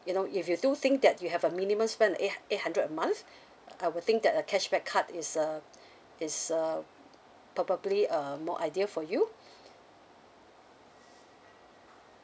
you know if you do think that you have a minimum spend of eight eight hundred a month I would think that a cashback card is uh it's uh probably uh more ideal for you